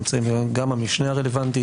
נמצאים כאן היום גם המשנה הרלוונטי,